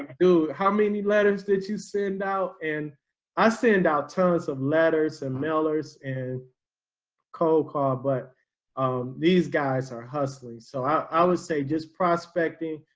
dude, how many letters did you send out? and i send out tons of letters and mailers and cold call but um these guys are hustling. so i would say just prospecting,